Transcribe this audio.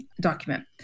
document